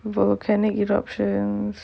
volcanic eruptions